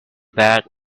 bad